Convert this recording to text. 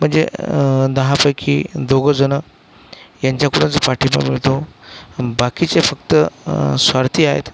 म्हणजे दहापैकी दोघंजणं यांच्याकडूनच पाठिंबा मिळतो बाकीचे फक्त स्वार्थी आहेत